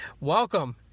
welcome